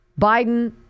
Biden